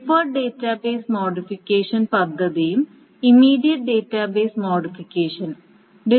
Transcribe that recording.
deferred database modification പദ്ധതിയും immediate database മോഡിഫിക്കേഷനും